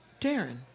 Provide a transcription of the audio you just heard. Darren